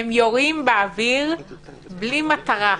הם יורים באוויר בלי מטרה.